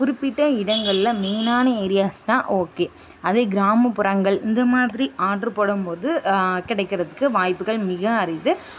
குறிப்பிட்ட இடங்களில் மெயினான ஏரியாஸ்னால் ஓகே அதே கிராமப்புறங்கள் இந்தமாதிரி ஆட்ரு போடும்போது கிடைக்கிறதுக்கு வாய்ப்புகள் மிக அரிது